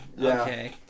Okay